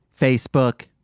Facebook